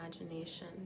imagination